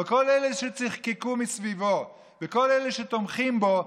אבל כל אלה שצחקקו מסביבו וכל אלה שתומכים בו,